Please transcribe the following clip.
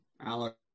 Alex